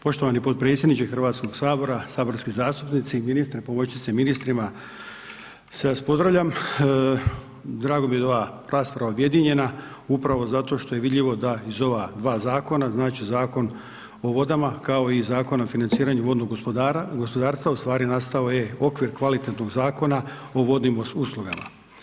Poštovani potpredsjedniče Hrvatskog sabora, saborski zastupnici, ministre, pomoćnice ministrima, sve vas pozdravljam, drago mi je da ova rasprava objedinjena upravo zato što je vidljivo da iz ova dva zakona, znači Zakon o vodama kao i Zakon o financiranju vodnog gospodarstva ustvari nastao je okvir kvalitetnog zakona o vodnim uslugama.